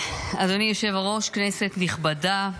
אדוני היושב-ראש, כנסת נכבדה,